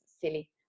silly